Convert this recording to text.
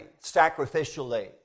sacrificially